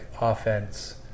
offense